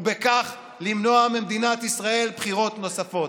ובכך למנוע ממדינת ישראל בחירות נוספות.